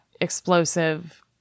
explosive